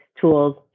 tools